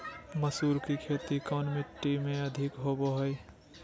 मसूर की खेती कौन मिट्टी में अधीक होबो हाय?